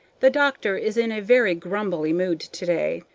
the doctor is in a very grumbly mood today.